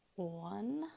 one